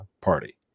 party